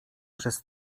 przez